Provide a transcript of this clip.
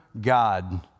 God